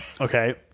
Okay